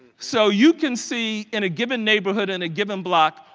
so you can see in a given neighborhood and a given block,